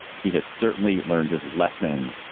he has certainly learned his lesson,